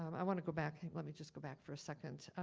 um i wanna go back, let me just go back for a second.